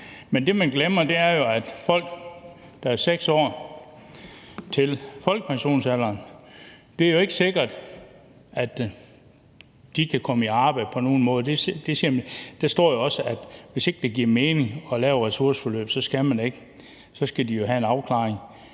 det er jo ikke er sikkert, at folk, der har 6 år til folkepensionsalderen, kan komme i arbejde på nogen måde. Der står jo også, at hvis ikke det giver mening at lave et ressourceforløb, skal man ikke. Så skal de jo have en afklaring.